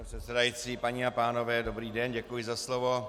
Pane předsedající, paní a pánové dobrý den, děkuji za slovo.